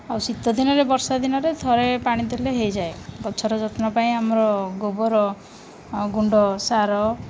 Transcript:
ଆଉ ଶୀତ ଦିନରେ ବର୍ଷା ଦିନରେ ଥରେ ପାଣି ଦେଲେ ହୋଇଯାଏ ଗଛର ଯତ୍ନ ପାଇଁ ଆମର ଗୋବର ଗୁଣ୍ଡ ସାର